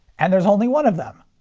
and there's only one of them.